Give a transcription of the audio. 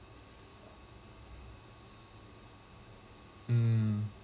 mm